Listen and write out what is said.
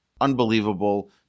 Unbelievable